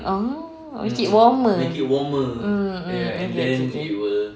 ah make it warmer mm mm okay okay okay